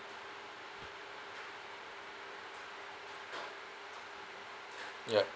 ya